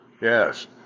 Yes